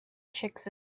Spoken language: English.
chicks